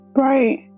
Right